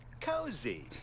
cozy